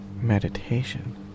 Meditation